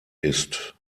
ist